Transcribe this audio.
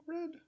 red